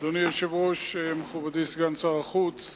אדוני היושב-ראש, מכובדי סגן שר החוץ,